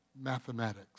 mathematics